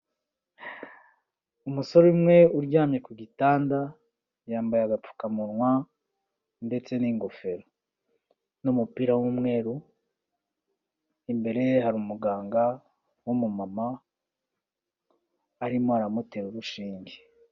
Umusore umwe uryamye ku gitanda yambaye agapfukamunwa ndetse n'ingofero n'umupira w'umweru, imbere ye hari umuganga w'umumama arimo aramutera urushinge.